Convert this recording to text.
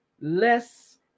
Less